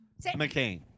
McCain